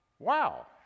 Wow